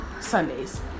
Sundays